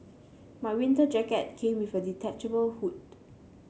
my winter jacket came with a detachable hood